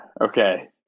Okay